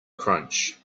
crunch